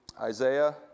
Isaiah